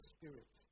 Spirit